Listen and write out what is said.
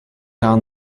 down